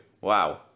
Wow